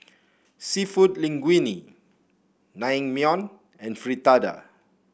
seafood Linguine Naengmyeon and Fritada